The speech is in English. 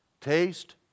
Taste